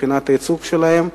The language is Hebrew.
מבחינת הייצוג שלהם.